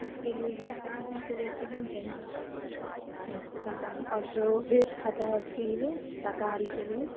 उसके लिए उसके लिए चिकन चाहिए अच्छा और जो वेज खाता है उसके लिए शाकाहारी के लिए